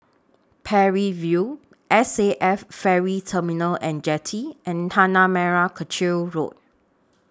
Parry View S A F Ferry Terminal and Jetty and Tanah Merah Kechil Road